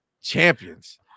champions